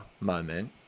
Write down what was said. moment